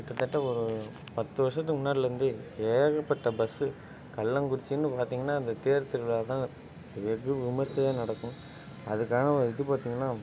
கிட்டத்தட்ட ஒரு பத்து வருஷத்துக்கு முன்னாடிலேர்ந்தே ஏகப்பட்ட பஸ்ஸு கள்ளங்குறிச்சின்னு பார்த்தீங்கனா அந்த தேர் திருவிழா தான் வெகு விமர்சையாக நடக்கும் அதுக்காக இது பார்த்தீங்கனா